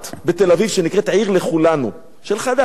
בתל-אביב שנקראת "עיר לכולנו" של חד"ש,